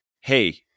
Hey